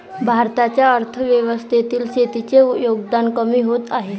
भारताच्या अर्थव्यवस्थेतील शेतीचे योगदान कमी होत आहे